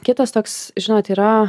kitas toks žinot yra